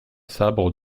sabre